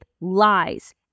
lies